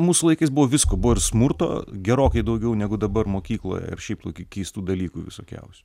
mūsų laikais buvo visko buvo ir smurto gerokai daugiau negu dabar mokykloje ir šiaip tokių keistų dalykų visokiausių